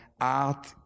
art